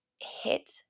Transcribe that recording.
hit